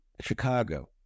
Chicago